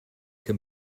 can